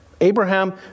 Abraham